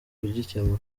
kugikemura